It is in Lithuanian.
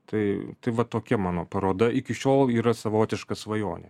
tai tai va tokia mano paroda iki šiol yra savotiška svajonė